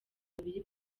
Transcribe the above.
babiri